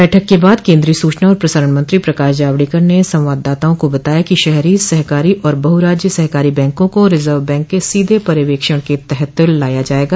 बैठक के बाद केन्द्रीय सूचना और प्रसारण मंत्री प्रकाश जावड़ेकर ने संवाददाताओं को बताया कि शहरी सहकारी और बहुराज्य सहकारी बैंकों को रिजर्व बैंक के सीधे पर्यवेक्षण के तहत लाया जायेगा